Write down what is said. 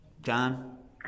John